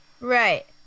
Right